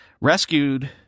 rescued